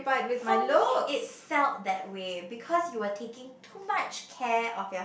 for me it felt that way because you were taking too much care of your